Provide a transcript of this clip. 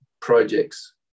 projects